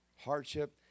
hardship